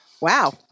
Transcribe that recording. Wow